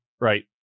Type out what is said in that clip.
right